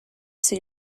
see